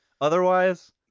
Otherwise